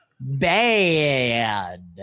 bad